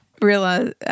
Realize